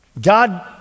God